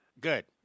good